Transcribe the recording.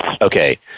Okay